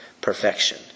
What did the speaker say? perfection